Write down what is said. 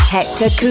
Hector